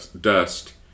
dust